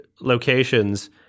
locations